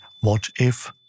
what-if